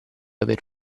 aver